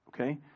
Okay